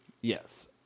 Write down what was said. Yes